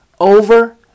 over